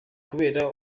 kubera